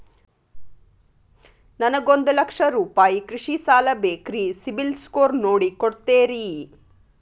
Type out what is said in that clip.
ನನಗೊಂದ ಲಕ್ಷ ರೂಪಾಯಿ ಕೃಷಿ ಸಾಲ ಬೇಕ್ರಿ ಸಿಬಿಲ್ ಸ್ಕೋರ್ ನೋಡಿ ಕೊಡ್ತೇರಿ?